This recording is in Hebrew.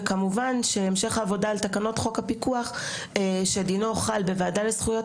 וכמובן שהמשך העבודה על תקנות חוק הפיקוח שדינו חל בוועדה לזכויות